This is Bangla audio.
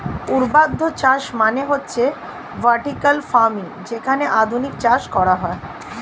ঊর্ধ্বাধ চাষ মানে হচ্ছে ভার্টিকাল ফার্মিং যেখানে আধুনিক চাষ করা হয়